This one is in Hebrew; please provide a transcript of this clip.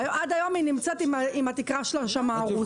עד היום היא נמצאת עם התקרה שלה הרוסה.